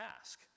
ask